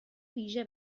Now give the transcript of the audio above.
ویژه